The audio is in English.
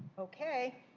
okay.